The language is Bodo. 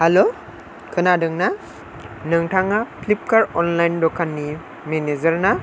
हेलौ खोनादोंना नोंथाङा फ्लिपकार्थ अनलाइन दखाननि मेनेजार ना